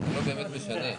זה לא באמת משנה.